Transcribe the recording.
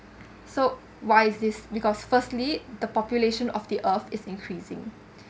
so why is this because firstly the population of the earth is increasing